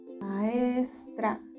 Maestra